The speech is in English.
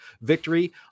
victory